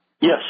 Yes